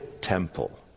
temple